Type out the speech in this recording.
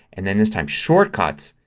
and then this time shortcuts.